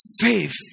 faith